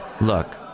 look